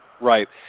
right